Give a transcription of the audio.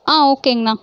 ஆ ஓகேங்கணா